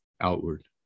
outward